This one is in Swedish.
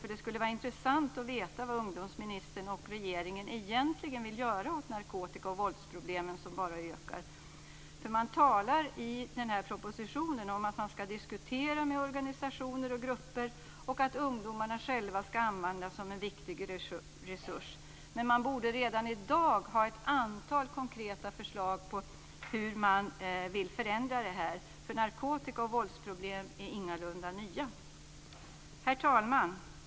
Det skulle nämligen vara intressant att veta vad ungdomsministern och regeringen egentligen vill göra åt narkotika och våldsproblemen, som bara ökar. Man talar i den här propositionen om att man ska diskutera med organisationer och grupper och att ungdomarna själva ska användas som en viktig resurs, men man borde redan i dag ha ett antal konkreta förslag på hur man vill förändra detta. Narkotika och våldsproblem är ingalunda nya. Herr talman!